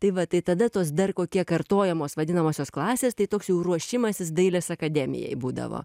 tai va tai tada tos dar kokie kartojamos vadinamosios klasės tai toks jau ruošimasis dailės akademijai būdavo